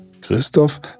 Christoph